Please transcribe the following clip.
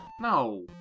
No